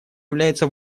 является